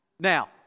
Now